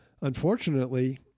Unfortunately